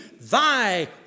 Thy